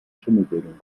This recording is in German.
schimmelbildung